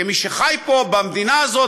כמי שחי פה במדינה הזאת